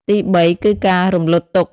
ទីបី គឺការរំលត់ទុក្ខ។